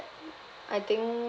I think